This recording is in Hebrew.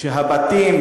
שהבתים